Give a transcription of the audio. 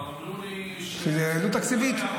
אבל אמרו לי שזה לא יעבור.